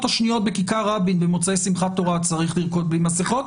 השניות בכיכר רבין במוצאי שמחת תורה צריך לרקוד בלי מסכות.